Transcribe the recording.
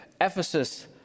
Ephesus